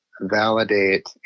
validate